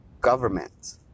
government